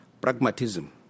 pragmatism